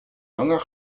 langer